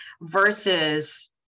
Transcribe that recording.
versus